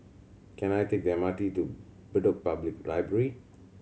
can I take the M R T to Bedok Public Library